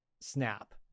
snap